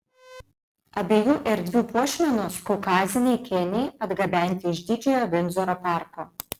abiejų erdvių puošmenos kaukaziniai kėniai atgabenti iš didžiojo vindzoro parko